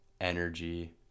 energy